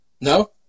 No